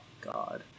God